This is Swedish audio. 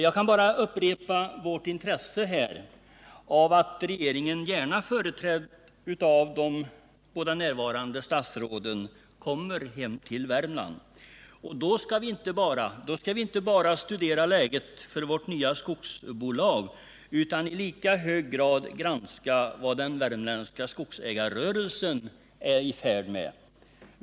Jag kan bara upprepa vad jag sagt om vårt intresse av att regeringen, gärna företrädd av de båda närvarande statsråden, kommer hem till Värmland. Då skall vi inte bara studera läget för vårt nya skogsbolag utan i lika hög grad granska vad den värmländska skogsägarrörelsen är i färd med.